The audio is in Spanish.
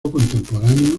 contemporáneo